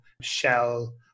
Shell